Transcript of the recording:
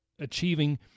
achieving